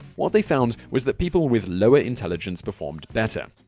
what they found was that people with lower intelligence performed better.